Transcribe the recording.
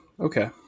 Okay